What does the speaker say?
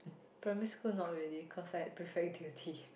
primary school not really cause I had prefect duty